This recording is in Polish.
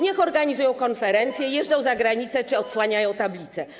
Niech organizują konferencje, jeżdżą za granicę czy odsłaniają tablice.